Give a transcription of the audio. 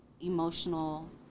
emotional